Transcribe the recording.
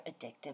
addictive